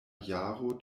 jaro